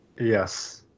Yes